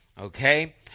okay